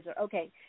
Okay